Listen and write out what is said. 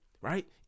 right